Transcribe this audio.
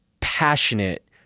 passionate